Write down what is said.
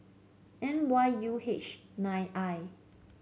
N Y U H nine I